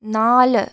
നാല്